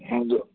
ꯑꯗꯨ